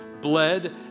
bled